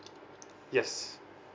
yes